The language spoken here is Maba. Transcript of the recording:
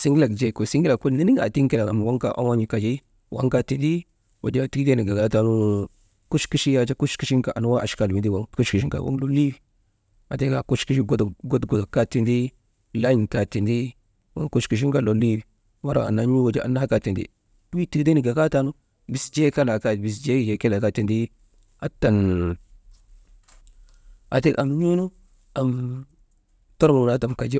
sinŋilak jee, sinŋilak kolii niniŋak jee kelee tiŋ am waŋ kaa oŋon̰ wi kajii waŋ kaa tindi, wujaa tigidenak gagaataanu kuchkuchii yak jaa kuchkuchin kaa anwaa achkal windi waŋ kuchkuchin kaa waŋ lolii wi. Aa tika kuchkuchik kuchik godgodok lan̰ kaa tindi, wo kuchkuchin ka lolii wi, wara annaa wuja n̰uu kaa tindi, wii tigibee nak gagaatanu, «hesitation» bisjee jee kelee kaa tindi, hatan aa tika am n̰uunu, am tormok naa tan kajii.